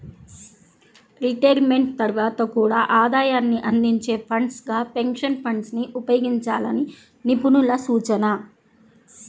retirement తర్వాత కూడా ఆదాయాన్ని అందించే ఫండ్స్ గా పెన్షన్ ఫండ్స్ ని ఉపయోగించాలని నిపుణుల సూచన